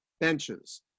benches